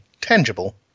tangible